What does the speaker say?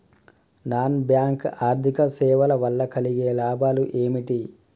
Non bank ఆర్థిక సేవల వల్ల కలిగే లాభాలు ఏమిటి?